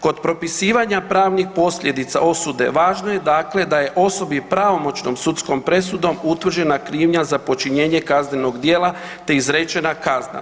Kod propisivanja pravnih posljedica osude važno je dakle da je osobi pravomoćnom sudskom presudom utvrđena krivnja za počinjene kaznenog djela, te izrečena kazna.